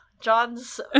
John's